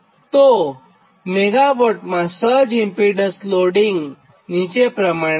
તો મેગાવોટમાં surge impedance loading નીચે પ્રમાણે છે